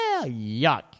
Yuck